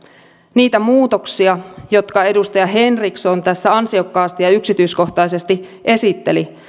niitä muutoksia jotka edustaja henriksson tässä ansiokkaasti ja yksityiskohtaisesti esitteli